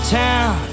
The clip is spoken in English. town